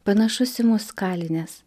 panašus į mus kalines